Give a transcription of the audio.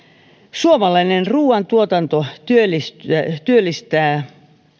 suomalainen ruuantuotanto työllistää